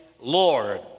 Lord